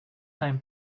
time